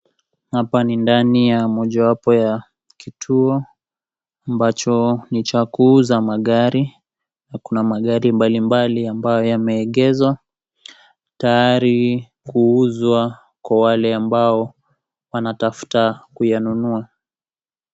Hapa ni ndani ya mojawapo ya kituo ambacho ni cha kuuza magari na kuna magari mbali mbali ambayo yameegezwa tayari kuuzwa kwa wale ambao wanatafuta kuyanunua.